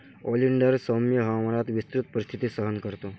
oleander सौम्य हवामानात विस्तृत परिस्थिती सहन करतो